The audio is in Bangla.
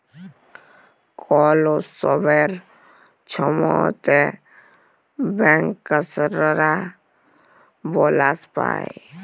কল উৎসবের ছময়তে ব্যাংকার্সরা বলাস পায়